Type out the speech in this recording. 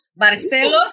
Barcelos